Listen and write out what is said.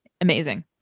amazing